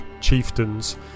chieftains